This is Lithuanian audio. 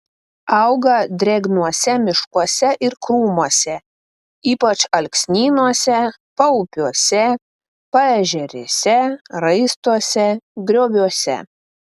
auga drėgnuose miškuose ir krūmuose ypač alksnynuose paupiuose paežerėse raistuose grioviuose